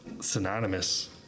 synonymous